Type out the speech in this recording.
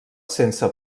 sense